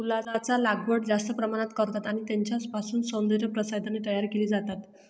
फुलांचा लागवड जास्त प्रमाणात करतात आणि त्यांच्यापासून सौंदर्य प्रसाधने तयार केली जातात